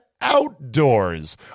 outdoors